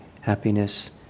happiness